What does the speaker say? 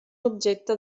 objecte